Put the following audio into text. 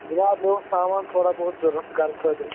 جِناب مےٚ اوس سامان تھوڑا بُہت ضرورت گرٕ خٲطرٕ